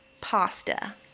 pasta